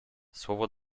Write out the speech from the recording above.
słowo